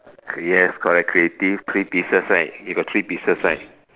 yes correct creative three pieces right you got three pieces right